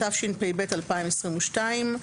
התשפ"ב 2022 הגדרות,